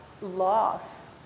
loss